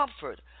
comfort